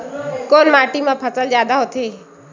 कोन माटी मा फसल जादा होथे?